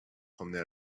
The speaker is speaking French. promener